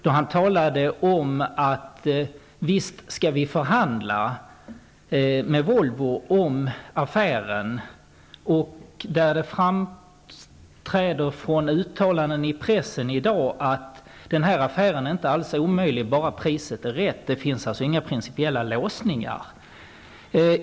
Då sade Per Westerberg: Visst skall vi förhandla med Volvo om affären. Vidare förekommer uttalanden i pressen i dag om att den här affären inte alls är omöjlig om priset är det rätta. Det finns alltså inte några principiella låsningar.